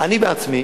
אני בעצמי